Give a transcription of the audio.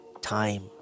Time